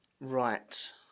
Right